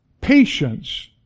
patience